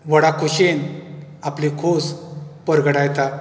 व्हडा खोशयेन आपली खोस परगटायता